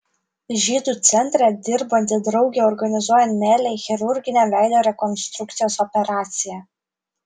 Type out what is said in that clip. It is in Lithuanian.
žydų centre dirbanti draugė organizuoja nelei chirurginę veido rekonstrukcijos operaciją